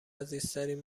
عزیزترین